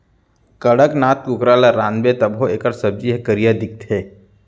कड़कनाथ कुकरा ल रांधबे तभो एकर सब्जी ह करिया दिखथे